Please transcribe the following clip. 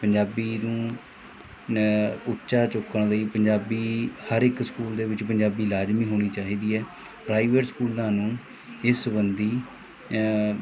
ਪੰਜਾਬੀ ਨੂੰ ਉੱਚਾ ਚੁੱਕਣ ਲਈ ਪੰਜਾਬੀ ਹਰ ਇੱਕ ਸਕੂਲ ਦੇ ਵਿੱਚ ਪੰਜਾਬੀ ਲਾਜ਼ਮੀ ਹੋਣੀ ਚਾਹੀਦੀ ਹੈ ਪ੍ਰਾਈਵੇਟ ਸਕੂਲਾਂ ਨੂੰ ਇਸ ਸੰਬੰਧੀ